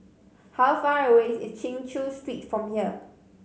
how far away is Chin Chew Street from here